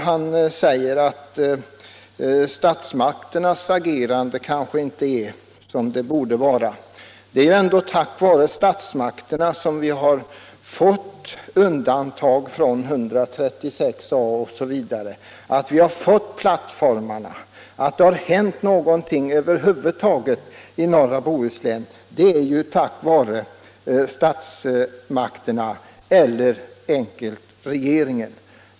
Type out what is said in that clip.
Han sade att statsmakternas agerande kanske inte är sådant som det borde vara. Men det är ju ändå tack vare statsmakterna eller — enkelt uttryckt — regeringen som vi fått undantaget från 136 a § osv., att vi fått plattformarna och att det över huvud taget hänt någonting inom norra Bohuslän.